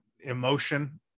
emotion